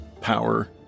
power